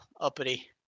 uppity